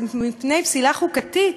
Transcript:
מפני פסילה חוקתית,